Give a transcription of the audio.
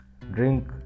drink